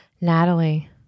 Natalie